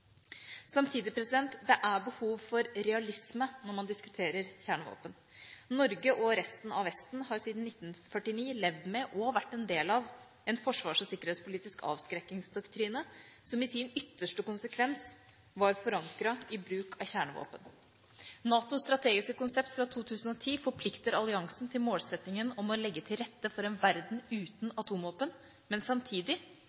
Samtidig er det behov for realisme når man diskuterer kjernevåpen. Norge og resten av Vesten har siden 1949 levd med og vært en del av en forsvars- og sikkerhetspolitisk avskrekkingsdoktrine som i sin ytterste konsekvens har vært forankret i bruk av kjernevåpen. NATOs strategiske konsept fra 2010 forplikter alliansen til målsettingen om å legge til rette for en verden